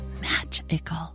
magical